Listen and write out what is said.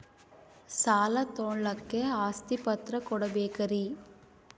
ಸಾಲ ತೋಳಕ್ಕೆ ಆಸ್ತಿ ಪತ್ರ ಕೊಡಬೇಕರಿ?